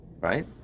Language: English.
Right